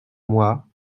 moi